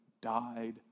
died